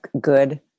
good